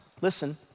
Listen